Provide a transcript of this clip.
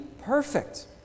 perfect